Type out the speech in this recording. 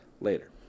later